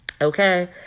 okay